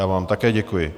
Já vám také děkuji.